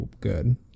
good